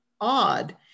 odd